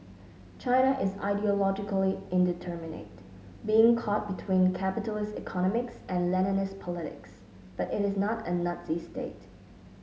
China is ideologically indeterminate being caught between capitalist economics and Leninist politics but it is not a Nazi state